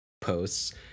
posts